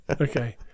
Okay